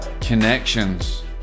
connections